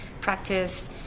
practice